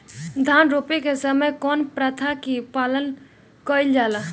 धान रोपे के समय कउन प्रथा की पालन कइल जाला?